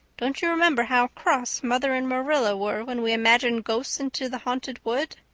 don't you remember how cross mother and marilla were when we imagined ghosts into the haunted wood?